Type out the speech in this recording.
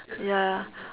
ya